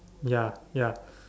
ya ya